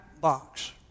box